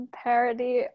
parody